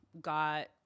got